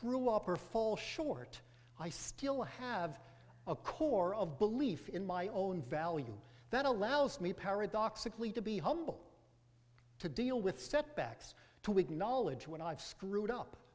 screw up or fall short i still have a core of belief in my own value that allows me paradoxically to be humble to deal with setbacks to acknowledge when i've screwed up